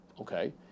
okay